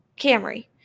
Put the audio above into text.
Camry